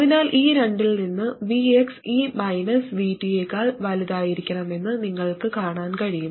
അതിനാൽ ഈ രണ്ടിൽ നിന്ന് Vx ഈ VT യേക്കാൾ വലുതായിരിക്കണമെന്ന് നിങ്ങൾക്ക് കാണാൻ കഴിയും